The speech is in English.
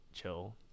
chill